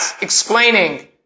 explaining